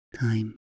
time